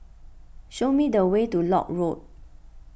show me the way to Lock Road